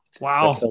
Wow